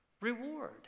Reward